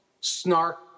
Snark